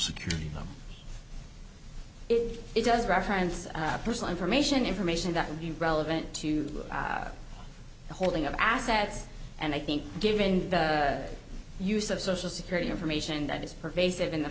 security it does reference personal information information that would be relevant to the holding of assets and i think given the use of social security information that is pervasive in the